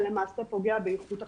ולמעשה פוגע באיכות החינוך.